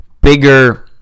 bigger